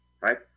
Right